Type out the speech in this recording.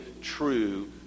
true